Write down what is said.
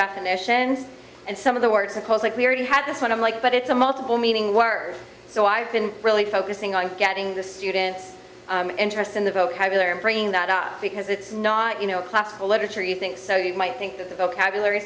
and and some of the words of course like we already had this one of like but it's a multiple meaning word so i've been really focusing on getting the students interest in the vocabulary and bringing that up because it's not you know classical literature you think so you might think that the vocabulary